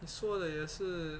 你说的也是